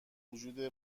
وجود